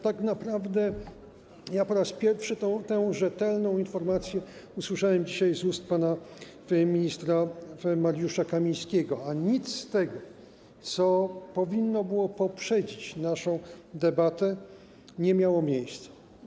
Tak naprawdę po raz pierwszy tę rzetelną informację usłyszałem dzisiaj z ust pana ministra Mariusza Kamińskiego, a nic z tego, co powinno było poprzedzić naszą debatę, nie miało miejsca.